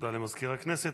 תודה למזכיר הכנסת.